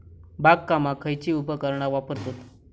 बागकामाक खयची उपकरणा वापरतत?